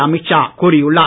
அமித் ஷா கூறியுள்ளார்